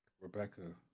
rebecca